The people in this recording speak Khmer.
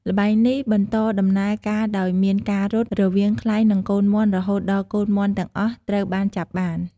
ល្បែងនេះបន្តដំណើរការដោយមានការរត់ រវាងខ្លែង និងកូនមាន់រហូតដល់កូនមាន់ទាំងអស់ត្រូវបានចាប់បាន ។